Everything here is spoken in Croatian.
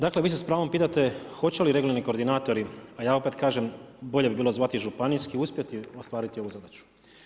Dakle vi se s pravom pitate hoće li regionalni koordinatori, a ja opet kažem bolje bi bilo zvati županijski uspjeti ostvariti ovu zadaću?